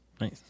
Nice